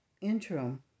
interim